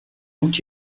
moet